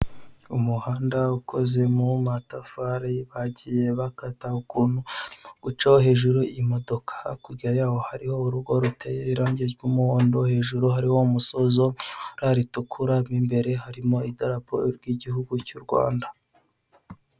Umuhanda ukoze mu matafari bagiye bakata uko guco hejuru y'imodoka hakurya yaho hariho urugo ruteye irangi ry'umuhondo hejuru hariho umusozo wibara ritukura imbere harimo idarapo ry'igihugu cy'u Rwanda.